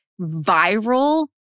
viral